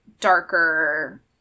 darker